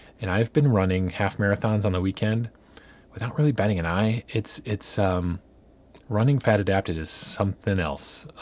and i've been running half marathons on the weekend without really batting an eye. it's. it's. um running fat adapted is something else.